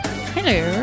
Hello